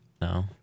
no